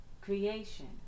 creation